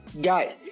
got